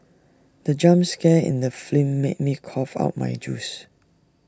the jump scare in the film made me cough out my juice